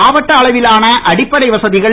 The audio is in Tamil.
மாவட்ட அளவிலான அடிப்படை வசதிகள்